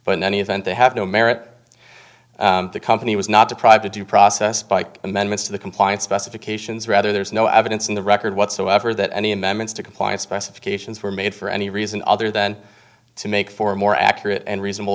but in any event they have no merit the company was not deprived of due process by amendments to the compliance specifications rather there is no evidence in the record whatsoever that any amendments to comply specifications were made for any reason other than to make for a more accurate and reasonable